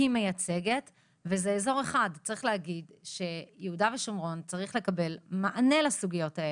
להגיד שיהודה ושומרון צריך לקבל מענה לסוגיות האלה.